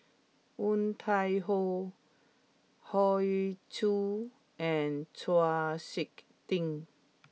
Woon Tai Ho Hoey Choo and Chau Sik Ting